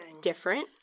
different